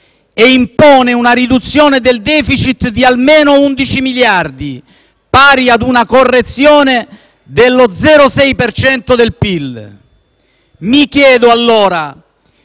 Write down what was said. e impone una riduzione del *deficit* di almeno 11 miliardi, pari ad una correzione dello 0,6 per cento del PIL. Mi chiedo allora: